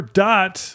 dot